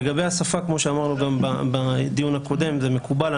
לגבי השפה, כמו שאמרנו גם בדיון הקודם, זה מקובל.